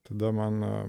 tada man